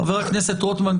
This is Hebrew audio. חבר הכנסת רוטמן,